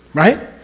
right?